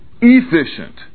efficient